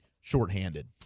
shorthanded